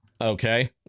Okay